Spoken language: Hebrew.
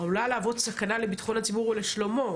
"...עלולה להוות סכנה לביטחון הציבור ולשלומו,